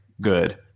good